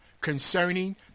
concerning